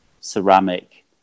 ceramic